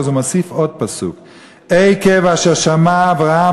והוא מוסיף עוד פסוק: "עקב אשר שמע אברהם